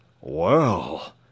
Well